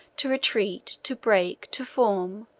to retreat, to break, to form,